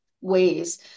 ways